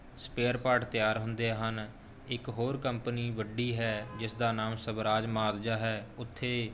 spare part ਤਿਆਰ ਹੁੰਦੇ ਹਨ ਇੱਕ ਹੋਰ ਕੰਪਨੀ ਵੱਡੀ ਹੈ ਜਿਸਦਾ ਨਾਮ ਸਵਰਾਜ ਮਾਜ਼ਦਾ ਹੈ ਉੱਥੇ